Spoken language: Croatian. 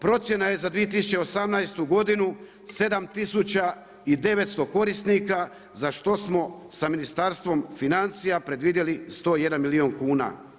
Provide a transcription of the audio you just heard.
Procjena je za 2018. godinu 7 tisuća 900 korisnika za što smo sa Ministarstvom financija predvidjeli 101 milijun kuna.